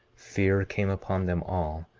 fear came upon them all,